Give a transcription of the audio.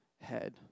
head